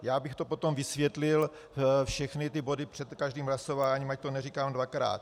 Já bych to potom vysvětlil všechny body před každým hlasováním, ať to neříkám dvakrát.